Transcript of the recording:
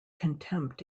contempt